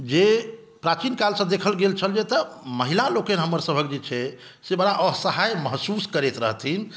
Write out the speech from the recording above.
जे प्राचीन कालसॅं देखल गेल छल जँ एतय महिला लोकनि हमरसभक जे छै बड़ा असहाय महसूस करैत रहथिन